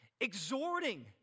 Exhorting